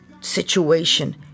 situation